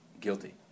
Guilty